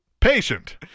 patient